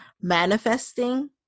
manifesting